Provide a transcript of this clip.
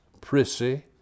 prissy